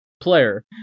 player